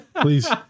Please